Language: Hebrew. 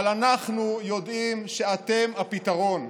אבל אנחנו יודעים שאתם הפתרון.